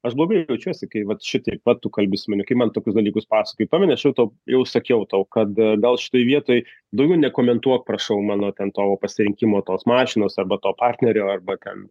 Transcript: aš blogai jaučiuosi kai vat šitaip va tu kalbi su manim kai man tokius dalykus pasakoji pameni aš jau tau jau sakiau tau kad gal šitoj vietoj daugiau nekomentuok prašau mano ten to va pasirinkimo tos mašinos arba to partnerio arba ten